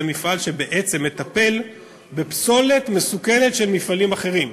זה מפעל שבעצם מטפל בפסולת מסוכנת של מפעלים אחרים.